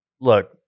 Look